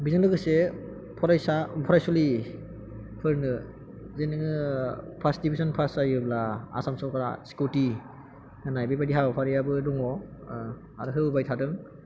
बेजों लोगोसे फरायसा फरायसुलिफोरनो जे नोङो फार्स्ट डिभिज'न पास जायोब्ला आसाम सरकारा स्कुटि होनाय बेबायदि हाबाफारियाबो दङ आरो होबोबाय थादों